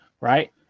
right